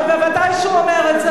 בוודאי שהוא אומר את זה.